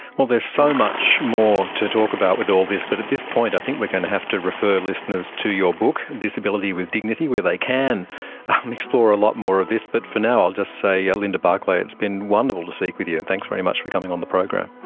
well, there's so much more to talk about with all this. but at this point, i think we're going to have to refer listeners to your book, disability with dignity, where they can explore a lot more of this. but for now, i'll just say, yeah linda barclay it's been wonderful to speak with you. and thanks very much for coming on the program.